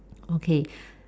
okay